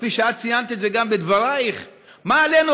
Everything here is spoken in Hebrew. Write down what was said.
גם את ציינת את זה בדברייך מה עלינו,